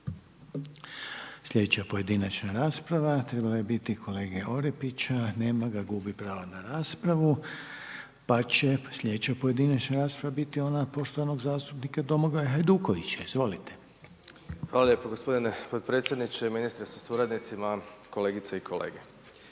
Sljedeća pojedinačna rasprava trebala je biti kolege Orepića, nema ga. Gubi pravo na raspravu. Pa će sljedeća pojedinačna rasprava biti ona poštovanog zastupnika Domagoja Hajdukovića, izvolite. **Hajduković, Domagoj (SDP)** Hvala lijepo gospodine potpredsjedniče, ministre sa suradnicima, kolegice i kolege.